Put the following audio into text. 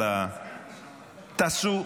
תעשו